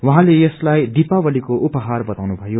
उहात्रले यसलाई दीपावलीको उपहार बाताउनु भयो